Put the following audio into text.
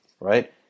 right